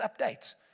updates